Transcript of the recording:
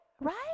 Right